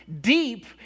deep